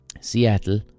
Seattle